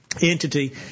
entity